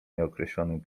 nieokreślonym